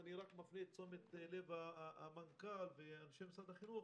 אני מפנה את תשומת לב המנכ"ל ואנשי משרד החינוך